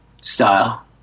style